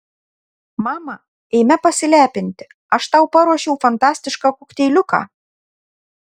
mama eime pasilepinti aš tau paruošiau fantastišką kokteiliuką